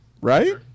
Right